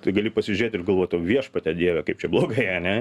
tai gali pasižiūrėt ir galvot o viešpatie dieve kaip čia blogai ane